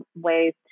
ways